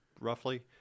roughly